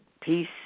peace